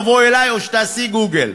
תבואי אלי או שתעשי גוגל.